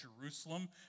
jerusalem